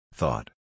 Thought